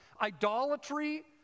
idolatry